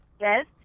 Yes